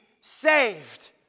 saved